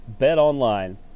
betonline